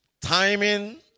timing